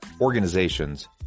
organizations